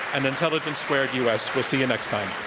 and intelligence squared u. s. we'll see you next time.